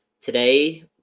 today